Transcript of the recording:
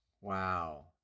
wow